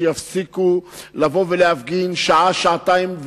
שיפסיקו לבוא ולהפגין שעה-שעתיים.